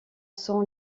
sont